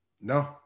No